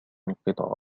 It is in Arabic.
القطار